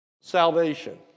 salvation